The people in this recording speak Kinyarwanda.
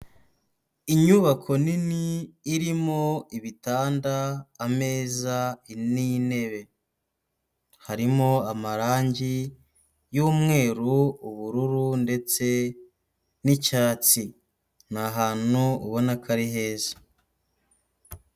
Inyubako nini irimo ibitanda, ameza n'intebe, harimo amarangi y'umweru, ubururu ndetse n'icyatsi, ni ahantu ubona ko ari heza.